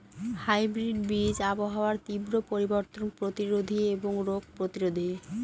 hybrid বীজ আবহাওয়ার তীব্র পরিবর্তন প্রতিরোধী এবং রোগ প্রতিরোধী